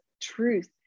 truth